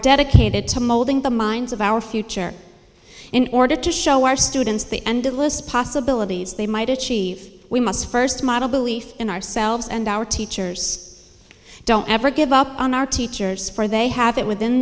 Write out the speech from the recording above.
dedicated to molding the minds of our future in order to show our students the endless possibilities they might achieve we must first model belief in ourselves and our teachers don't ever give up on our teachers for they have it within